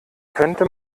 könnte